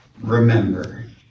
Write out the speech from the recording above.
remember